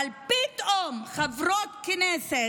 אבל פתאום חברות כנסת,